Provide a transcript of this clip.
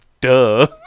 Duh